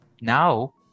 Now